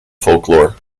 folklore